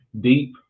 deep